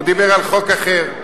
הוא דיבר על חוק אחר,